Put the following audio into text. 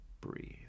breathe